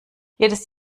jedes